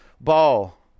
Ball